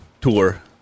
tour